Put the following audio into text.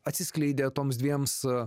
atsiskleidė toms dviem su